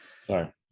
Sorry